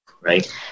right